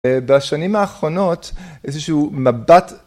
בשנים האחרונות איזשהו מבט